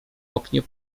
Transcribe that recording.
oknie